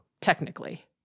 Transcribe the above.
technically